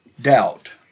Doubt